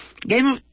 Game